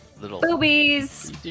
Boobies